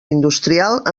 industrial